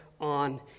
on